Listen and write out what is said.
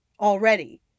already